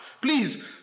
please